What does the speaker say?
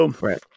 Right